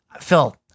Phil